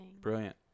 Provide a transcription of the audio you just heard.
Brilliant